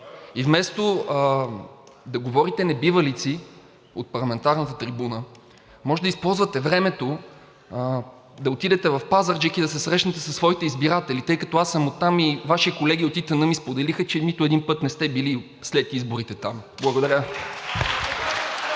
Вместо да говорите небивалици от парламентарната трибуна, може да използвате времето да отидете в Пазарджик и да се срещнете със своите избиратели, тъй като аз съм от там и Ваши колеги от ИТН ми споделиха, че нито един път не сте бил там след изборите. Благодаря.